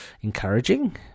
encouraging